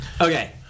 Okay